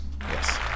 Yes